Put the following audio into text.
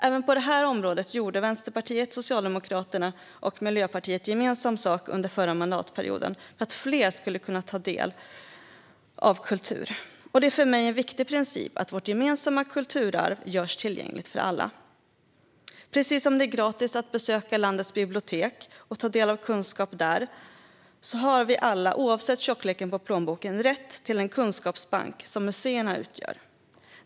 Även på detta område gjorde Vänsterpartiet, Socialdemokraterna och Miljöpartiet gemensam sak under förra mandatperioden för att fler skulle kunna ta del av kultur. Det är för mig en viktig princip att vårt gemensamma kulturarv görs tillgängligt för alla. Precis som det är gratis att besöka landets bibliotek och ta del av kunskap där har vi alla, oavsett tjockleken på plånboken, rätt till den kunskapsbank som museerna utgör.